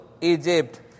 Egypt